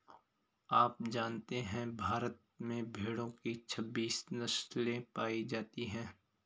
आप जानते है भारत में भेड़ो की छब्बीस नस्ले पायी जाती है